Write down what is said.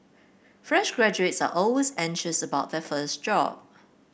fresh graduates are always anxious about their first job